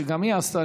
שגם היא עשתה,